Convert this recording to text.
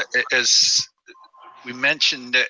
as we mentioned,